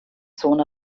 zone